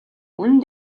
үнэ